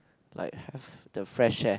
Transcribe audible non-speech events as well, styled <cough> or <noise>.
like <noise> the fresh air